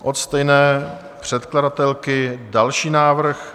Od stejné předkladatelky další návrh.